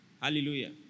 Hallelujah